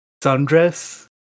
sundress